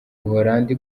buholandi